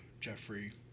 Jeffrey